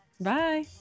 Bye